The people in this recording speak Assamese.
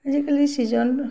আজিকালি ছিজন